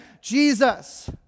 Jesus